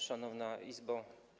Szanowna Izbo!